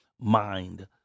mind